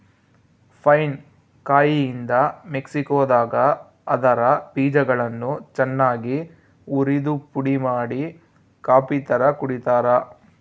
pine ಕಾಯಿಯಿಂದ ಮೆಕ್ಸಿಕೋದಾಗ ಅದರ ಬೀಜಗಳನ್ನು ಚನ್ನಾಗಿ ಉರಿದುಪುಡಿಮಾಡಿ ಕಾಫಿತರ ಕುಡಿತಾರ